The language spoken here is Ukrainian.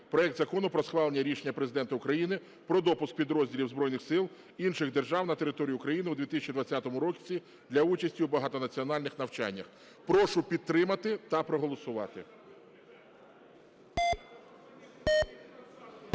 проект Закону про схвалення рішення Президента України про допуск підрозділів збройних сил інших держав на територію України у 2020 році для участі у багатонаціональних навчаннях. Прошу підтримати та проголосувати.